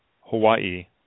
Hawaii